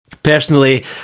Personally